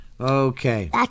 Okay